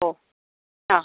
ഓ ആ